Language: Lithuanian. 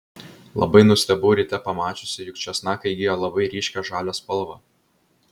labai nustebau ryte pamačiusi jog česnakai įgijo labai ryškią žalią spalvą